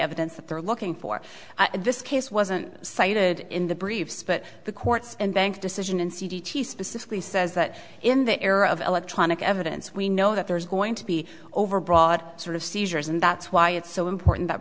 evidence that they're looking for this case wasn't cited in the briefs but the courts and bank decision in c d t specifically says that in the era of electronic evidence we know that there's going to be overbroad sort of seizures and that's why it's so important that